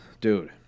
dude